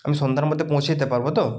আমি সন্ধ্যার মধ্যে পৌঁছে যেতে পারবো তো